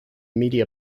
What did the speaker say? media